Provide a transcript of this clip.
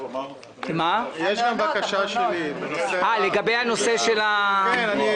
אני יכולה לומר לך שכיושבת-ראש הוועדה לזכויות הילד עשיתי מספר דיונים,